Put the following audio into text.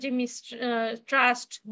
mistrust